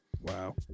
Wow